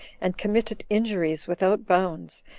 and committed injuries without bounds,